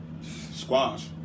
Squash